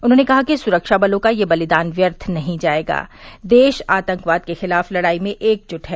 उन्होंने कहा कि सुरक्षा बलों का यह बलिदान व्यर्थ नहीं जाएगा और देश आतंकवाद के खिलाफ लड़ाई में एकजुट है